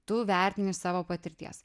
tu vertini iš savo patirties